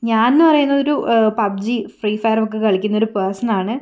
ഞാൻ എന്ന് പറയുന്നത് ഒരു പബ്ജി ഫ്രീ ഫയറൊക്കെ കളിക്കുന്നൊരു പേഴ്സൺ ആണ്